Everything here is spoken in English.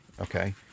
okay